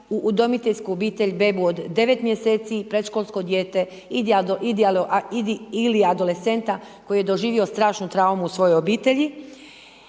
u udomiteljsku obitelj bebu od 9 mjeseci i predškolsko dijete ili adolescenta koji je doživio strašnu traumu u svojoj obitelji